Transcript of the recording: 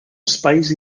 espais